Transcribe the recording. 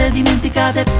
dimenticate